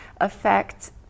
affect